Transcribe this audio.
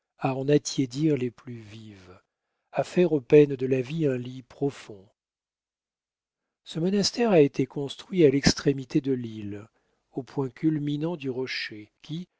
à en attiédir les plus vives à faire aux peines de la vie un lit profond ce monastère a été construit à l'extrémité de l'île au point culminant du rocher qui